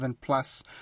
plus